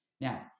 Now